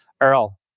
Earl